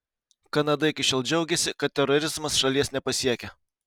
kanada iki šiol džiaugėsi kad terorizmas šalies nepasiekia